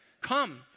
Come